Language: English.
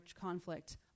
conflict